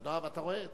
תודה רבה.